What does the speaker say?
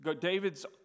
David's